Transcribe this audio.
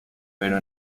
pero